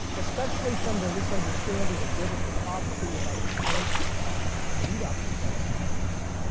especially from their misunderstanding of biblical prophecy about the events that lead up to christ's second coming.